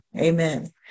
Amen